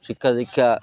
ଶିକ୍ଷା ଦୀକ୍ଷା